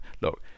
Look